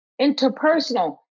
interpersonal